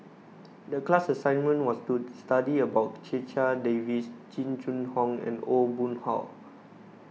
the class assignment was to study about Checha Davies Jing Jun Hong and Aw Boon Haw